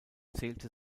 zählte